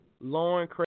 Lauren